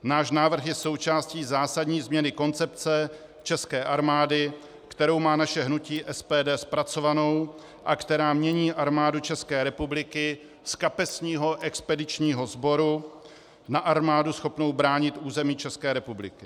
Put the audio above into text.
Náš návrh je součástí zásadní změny koncepce České armády, kterou má naše hnutí SPD zpracovanou a která mění Armádu České republiky z kapesního expedičního sboru na armádu schopnou bránit území České republiky.